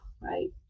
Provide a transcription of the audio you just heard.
Right